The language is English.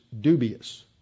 dubious